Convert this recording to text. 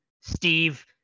Steve